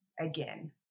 again